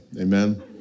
Amen